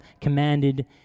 commanded